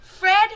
Fred